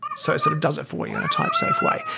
so it sort of does it for you in a type safe way,